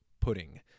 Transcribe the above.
pudding